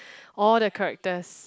all the characters